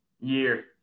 year